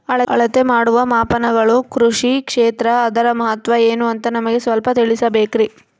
ಅಳತೆ ಮಾಡುವ ಮಾಪನಗಳು ಕೃಷಿ ಕ್ಷೇತ್ರ ಅದರ ಮಹತ್ವ ಏನು ಅಂತ ನಮಗೆ ಸ್ವಲ್ಪ ತಿಳಿಸಬೇಕ್ರಿ?